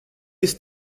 ist